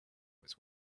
was